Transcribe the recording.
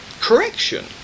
Correction